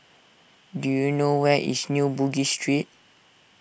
do you know where is New Bugis Street